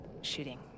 shooting